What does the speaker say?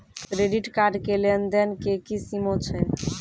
Credit card के लेन देन के की सीमा छै?